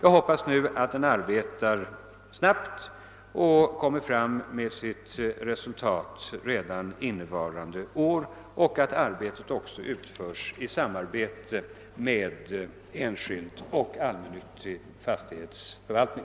Jag hoppas att han arbetar snabbt och redovisar resultatet redan innevarande år samt att undersökningen utförs i samarbete med enskild och allmännyttig fastighetsförvaltning.